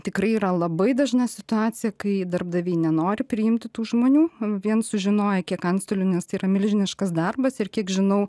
tikrai yra labai dažna situacija kai darbdaviai nenori priimti tų žmonių vien sužinoję kiek antstolių nes tai yra milžiniškas darbas ir kiek žinau